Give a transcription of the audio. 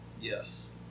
Yes